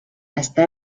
està